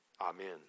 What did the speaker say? amen